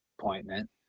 appointment